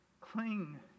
cling